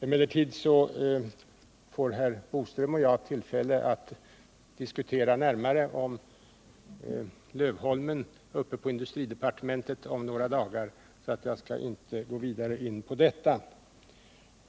Emellertid får herr Boström och jag tillfälle att närmare diskutera Lövholmen uppe på industridepartementet om några dagar, varför jag inte skall gå närmare in på detta ämne.